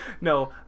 No